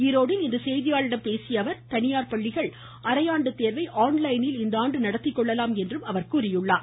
ஈரோட்டில் இன்று செய்தியாளர்களிடம் பேசிய அவர் தனியார் பள்ளிகள் அரையாண்டு தேர்வை ஆன்லைனில் நடத்திக்கொள்ளலாம் என்றும் கூறினார்